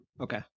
Okay